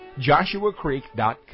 joshuacreek.com